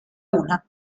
una